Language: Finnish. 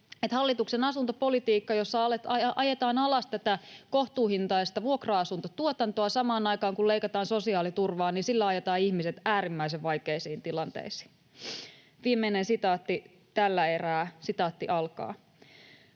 hallituksen asuntopolitiikalla, jossa ajetaan alas kohtuuhintaista vuokra-asuntotuotantoa samaan aikaan kun leikataan sosiaaliturvaa, ajetaan ihmiset äärimmäisen vaikeisiin tilanteisiin. Viimeinen sitaatti tällä erää: ”Olen työtön.